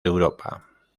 europa